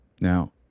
Now